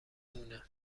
مونه